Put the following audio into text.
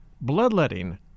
bloodletting